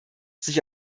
sich